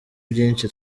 byinshi